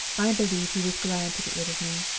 i believe he was glad to get rid of me.